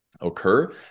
occur